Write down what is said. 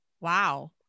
Wow